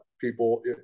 people